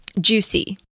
juicy